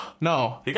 No